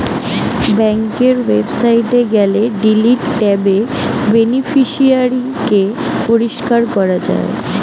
বেংকের ওয়েবসাইটে গেলে ডিলিট ট্যাবে বেনিফিশিয়ারি কে পরিষ্কার করা যায়